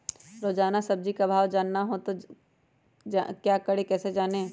रोजाना सब्जी का भाव जानना हो तो क्या करें कैसे जाने?